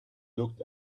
looked